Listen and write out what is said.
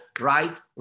right